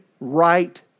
right